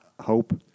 hope